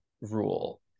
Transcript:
rule